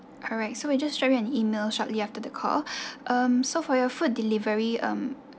alright so we just drop you an email shortly after the call um so for your food delivery um